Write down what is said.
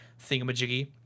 thingamajiggy